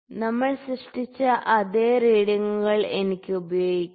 നമ്മൾ സൃഷ്ടിച്ച അതേ റീഡിങ്ങുകൾ എനിക്ക് ഉപയോഗിക്കാം